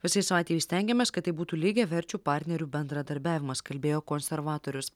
visais atvejais stengiamės kad tai būtų lygiaverčių partnerių bendradarbiavimas kalbėjo konservatorius